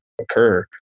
occur